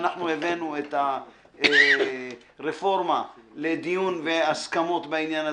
כשהבאנו את הרפורמה לדיון והסכמות בעניין הזה,